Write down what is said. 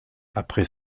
après